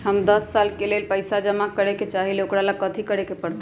हम दस साल के लेल पैसा जमा करे के चाहईले, ओकरा ला कथि करे के परत?